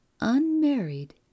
unmarried